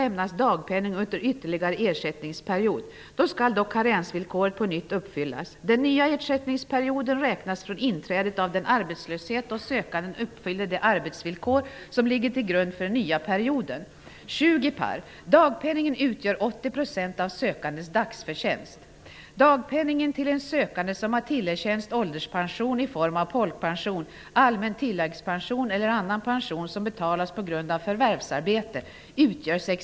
Jag godtar också att denna försäkring tills vidare delfinansieras genom avgiftslagen -- i övrigt via arbetsmarknadsavgiften och statsbudgeten -- och att rätten till försäkringsersättning knyts till skyldigheten att erlägga avgifter enligt den lagen. Jag har inte heller något att erinra mot att de s.k. KAS-regionerna, arbetsmarknadskassorna, initialt administrerar försäkringen.